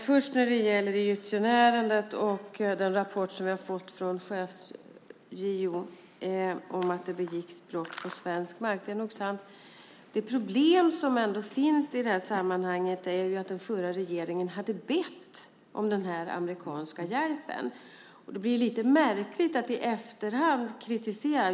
Fru talman! Först egyptierärendet och den rapport som vi har fått från chefs-JO om att det begicks brott på svensk mark. Problemet i det här sammanhanget är att den förra regeringen hade bett om amerikansk hjälp. Det blir lite märkligt att i efterhand kritisera.